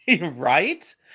Right